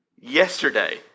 Yesterday